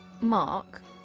Mark